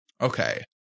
Okay